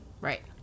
Right